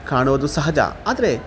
ಕಾಣೋದು ಸಹಜ ಆದರೆ